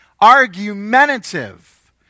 argumentative